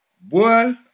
boy